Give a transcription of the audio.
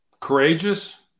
Courageous